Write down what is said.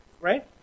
right